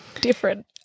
different